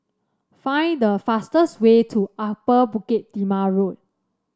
find the fastest way to Upper Bukit Timah Road